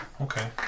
Okay